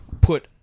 put